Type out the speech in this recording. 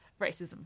racism